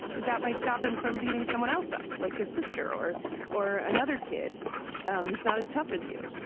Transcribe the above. that that might stop him from beating someone else up like his sister or or another kid who's not as tough as you.